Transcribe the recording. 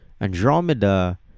andromeda